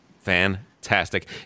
Fantastic